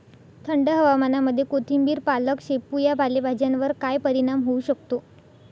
थंड हवामानामध्ये कोथिंबिर, पालक, शेपू या पालेभाज्यांवर काय परिणाम होऊ शकतो?